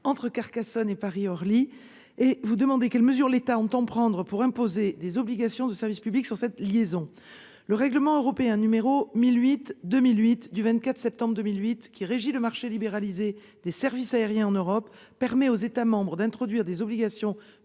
entre Carcassonne et Paris-Orly, et vous demandez quelles mesures l'État entend prendre pour imposer des obligations de service public sur cette liaison. Le règlement européen n° 1008/2008 du 24 septembre 2008, qui régit le marché libéralisé des services aériens en Europe, permet aux États membres d'introduire des OSP dans